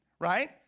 right